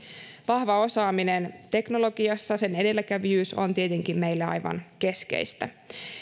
vahva osaaminen teknologiassa sen edelläkävijyys on tietenkin meillä aivan keskeistä